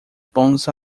bons